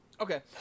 Okay